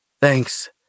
Thanks